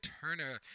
Turner